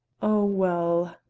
oh! well!